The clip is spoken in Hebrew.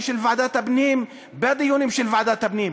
של ועדת הפנים בדיונים של ועדת הפנים.